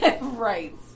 right